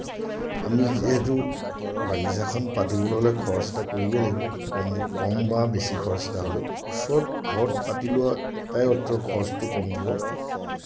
আমি যিহেতু বাগিচাখন পাতিবলৈ হ'লে খৰচ এটা কৰিবই লাগিব কম কম বা বেছি খৰচ এটা হ'লেও ওচৰত ঘৰত পাতি লোৱা এটাই অৰ্থ খৰচটো কমিব